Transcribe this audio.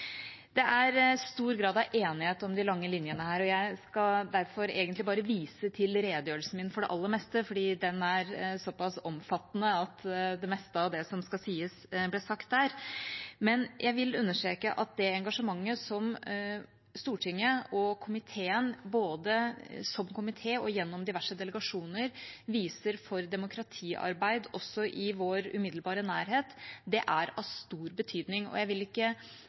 Det er stor grad av enighet om de lange linjene her, og jeg skal derfor egentlig bare vise til redegjørelsen min for det aller meste, fordi den er såpass omfattende at det meste av det som skal sies, ble sagt der. Men jeg vil understreke at det engasjementet som Stortinget og komiteen – både som komité og gjennom diverse delegasjoner – viser for demokratiarbeid også i vår umiddelbare nærhet, er av stor betydning. Jeg vil ikke